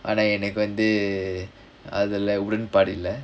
ஆனா எனக்கு வந்து அதுல உடன்பாடு இல்ல:aanaa enakku vanthu athula udanpaadu illa